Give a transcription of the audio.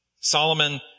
Solomon